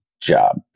job